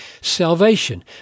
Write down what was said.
salvation